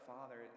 Father